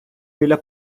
біля